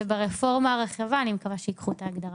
וברפורמה הרחבה אני מקווה שייקחו את ההגדרה.